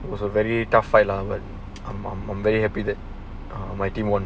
was a very tough fight lah like I'm I'm I'm very happy that my team won